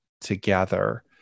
together